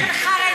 הם לא מתראיינים,